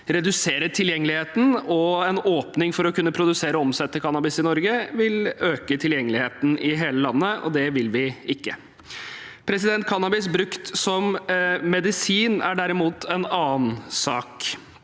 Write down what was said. redusere tilgjengeligheten. En åpning for å kunne produsere og omsette cannabis i Norge vil øke tilgjengeligheten i hele landet, og det vil vi ikke. Cannabis brukt som medisin er derimot en annen sak.